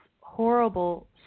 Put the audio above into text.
horrible